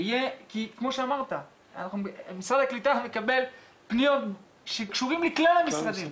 משרד הקליטה מקבל פניות שקשורות לכלל המשרדים,